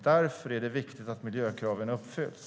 Därför är det viktigt att miljökraven uppfylls.